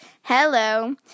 hello